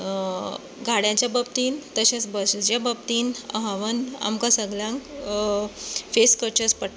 गाडयांचे बाबतींत तशेंच बशींचे बाबतीन आव्हान आमकां सगळ्यांक फेस करचें पडटा